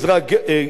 אני מייד מסיים.